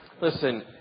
Listen